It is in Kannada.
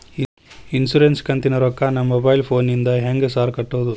ಇನ್ಶೂರೆನ್ಸ್ ಕಂತಿನ ರೊಕ್ಕನಾ ಮೊಬೈಲ್ ಫೋನಿಂದ ಹೆಂಗ್ ಸಾರ್ ಕಟ್ಟದು?